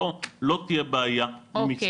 לא, לא תהיה בעיה מספרית.